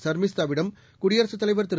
சர்மிஸ்தா விடம் குடியரசுத் தலைவர் திரு